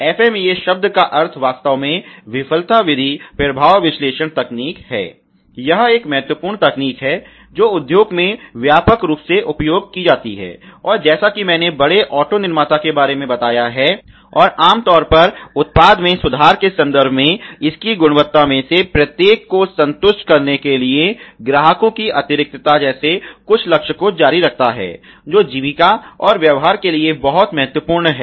FMEA शब्द का अर्थ वास्तव में विफलता विधि प्रभाव विश्लेषण तकनीक है यह एक महत्वपूर्ण तकनीक है जो उद्योग में व्यापक रूप से उपयोग की जाती है और जैसा कि मैंने बड़े ऑटो निर्माता के बारे में बताया है और आम तौर पर उत्पाद में सुधार के संदर्भ में इसकी गुणवत्ता में से प्रत्येक को संतुष्ट करने के लिए ग्राहकों की अतिरिक्तता जैसे कुछ लक्ष्य को जारी रखता है जो जीविका और व्यापार के लिए बहुत महत्वपूर्ण है